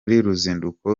ruzinduko